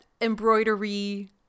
embroidery